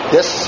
Yes